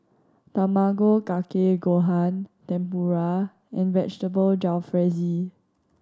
Tamago Kake Gohan Tempura and Vegetable Jalfrezi